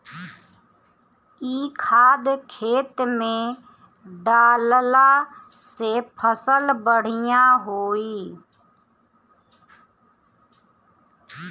इ खाद खेत में डालला से फसल बढ़िया होई